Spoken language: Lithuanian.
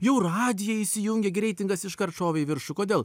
jau radiją įsijungė gi reitingas iškart šovė į viršų kodėl